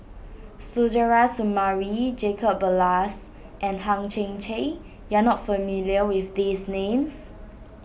Suzairhe Sumari Jacob Ballas and Hang Chang Chieh you are not familiar with these names